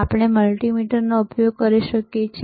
આપણે મલ્ટિમીટરનો ઉપયોગ કરી શકીએ છીએ